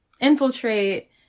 infiltrate